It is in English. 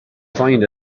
find